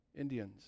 Indians